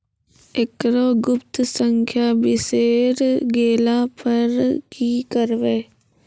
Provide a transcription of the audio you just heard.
एकरऽ गुप्त संख्या बिसैर गेला पर की करवै?